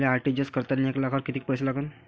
मले आर.टी.जी.एस करतांनी एक लाखावर कितीक पैसे लागन?